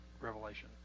revelation